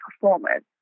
performance